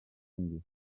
ongles